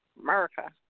America